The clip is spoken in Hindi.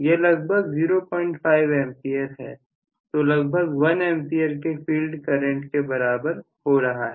यह लगभग 05A है जो लगभग 1A के फील्ड करंट के बराबर हो रहा है